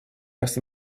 раз